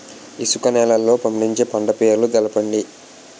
ఇసుక నేలల్లో పండించే పంట పేర్లు తెలపండి?